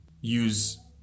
use